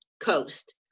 coast